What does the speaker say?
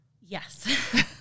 Yes